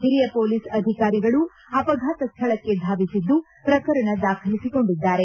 ಹಿರಿಯ ಪೊಲೀಸ್ ಅಧಿಕಾರಿಗಳು ಅಪಘಾತ ಸ್ಥಳಕ್ಕೆ ಧಾವಿಸಿದ್ದು ಪ್ರಕರಣ ದಾಖಲಿಸಿಕೊಂಡಿದ್ದಾರೆ